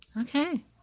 Okay